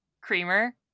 creamer